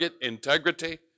integrity